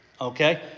Okay